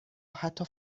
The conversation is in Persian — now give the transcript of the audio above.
حتی